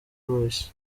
royce